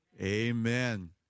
amen